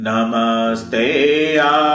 Namaste